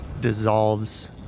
dissolves